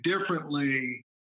differently